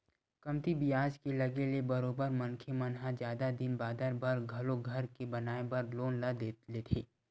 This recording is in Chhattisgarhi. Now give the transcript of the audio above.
कमती बियाज के लगे ले बरोबर मनखे मन ह जादा दिन बादर बर घलो घर के बनाए बर लोन ल लेथे